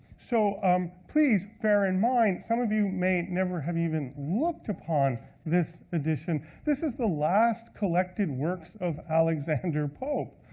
so um please bear in mind some of you may never have even looked upon this edition. this is the last collected works of alexander pope,